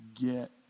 get